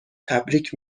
تبریک